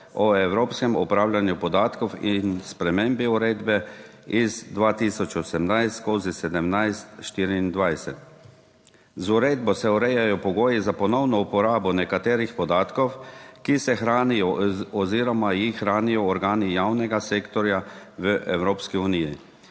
o evropskem upravljanju podatkov in spremembi uredbe iz 2018/17-24. Z uredbo se urejajo pogoji za ponovno uporabo nekaterih podatkov, ki se hranijo oziroma jih hranijo organi javnega sektorja v Evropski uniji.